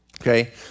Okay